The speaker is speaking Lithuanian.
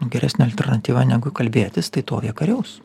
geresnė alternatyva negu kalbėtis tai tol jie kariaus